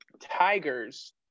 Tigers